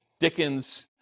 Dickens